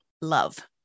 love